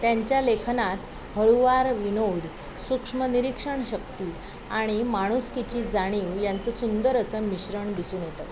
त्यांच्या लेखनात हळूवार विनोद सूक्ष्म निरीक्षण शक्ती आणि माणुसकीची जाणीव यांचं सुंदर असं मिश्रण दिसून येतं